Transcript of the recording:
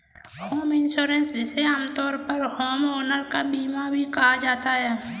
home insurance जिसे आमतौर पर होमओनर का बीमा भी कहा जाता है